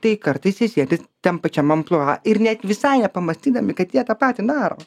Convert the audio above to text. tai kartais jie sėdi tam pačiam amplua ir net visai nepamąstydami kad jie tą patį daro